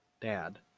dad